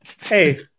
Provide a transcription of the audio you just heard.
hey